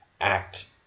act